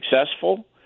successful